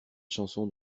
chanson